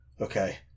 Okay